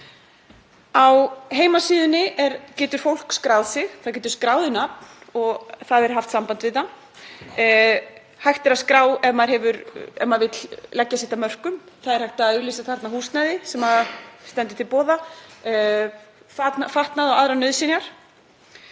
Á heimasíðunni getur fólk skráð sig, það getur skráð nafn og haft er samband við það. Hægt er að skrá ef maður vill leggja sitt af mörkum. Það er hægt að auglýsa þarna húsnæði sem stendur til boða, fatnað og aðrar nauðsynjar.